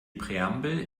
präambel